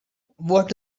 what